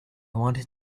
wanted